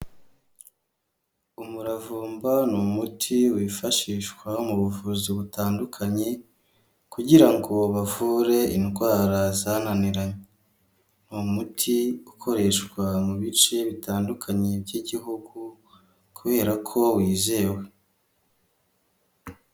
Umuravumba ni umuti wifashishwa mu buvuzi butandukanye, kugira ngo bavure indwara zananiranye. Ni umuti ukoreshwa mu bice bitandukanye by'igihugu, kubera ko wizewe.